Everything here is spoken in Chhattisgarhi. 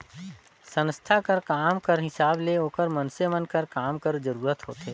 संस्था कर काम कर हिसाब ले ओकर मइनसे मन कर काम कर जरूरत होथे